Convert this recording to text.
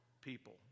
people